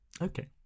Okay